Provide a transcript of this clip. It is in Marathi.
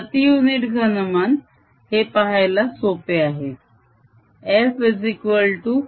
प्रती युनिट घनमान हे पाहायला सोपे आहे